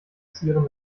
zieren